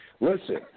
Listen